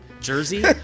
Jersey